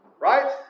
Right